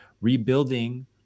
rebuilding